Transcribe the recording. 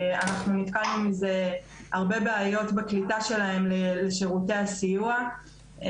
אנחנו נתקלנו בהרבה בעיות בקליטה שלהם לשירותי הסיוע,